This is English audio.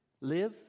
Live